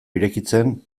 irekitzen